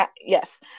yes